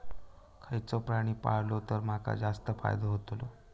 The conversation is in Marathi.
खयचो प्राणी पाळलो तर माका जास्त फायदो होतोलो?